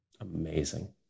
Amazing